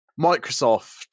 Microsoft